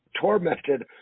tormented